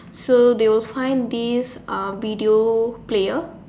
so they will find this uh video player